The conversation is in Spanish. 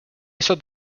eso